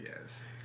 Yes